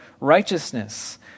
righteousness